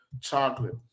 chocolate